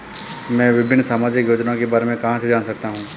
मैं विभिन्न सामाजिक योजनाओं के बारे में कहां से जान सकता हूं?